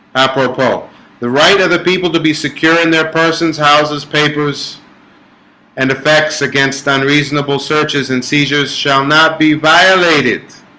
apropos the right of the people to be secure in their persons houses papers and effects against unreasonable searches and seizures shall not be violated